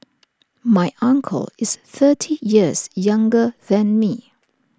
my uncle is thirty years younger than me